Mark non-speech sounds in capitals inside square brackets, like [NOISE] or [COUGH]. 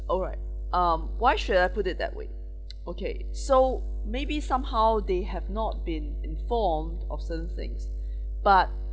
all right um why should I put it that way [NOISE] okay so maybe somehow they have not been informed of certain things but